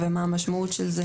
ומה המשמעות של זה.